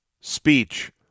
speech